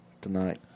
tonight